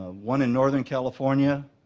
one in northern california,